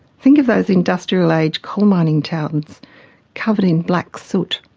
think of those industrial age coal-mining towns covered in black soot.